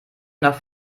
nach